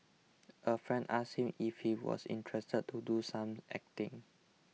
a friend asked him if he was interested to do some acting